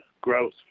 growth